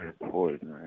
important